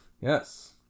Yes